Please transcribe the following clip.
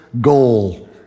goal